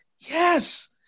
yes